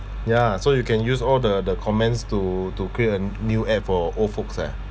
ya so you can use all the the comments to to create a new app for old folks eh